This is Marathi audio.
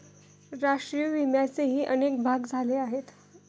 राष्ट्रीय विम्याचेही अनेक भाग झाले आहेत